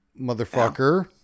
motherfucker